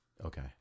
okay